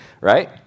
right